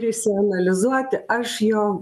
išsianalizuoti aš jo